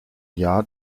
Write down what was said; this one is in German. jahr